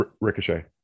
Ricochet